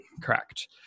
Correct